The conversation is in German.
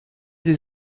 sie